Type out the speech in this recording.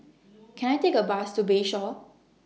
Can I Take A Bus to Bayshore